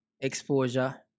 Exposure